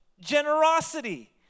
Generosity